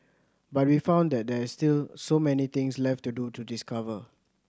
but we found that there is still so many things left to discover